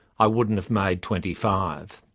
i wouldn't have made twenty five.